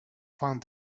found